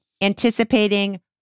anticipating